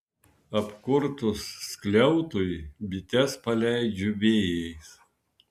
apkurtus skliautui bites paleidžiu vėjais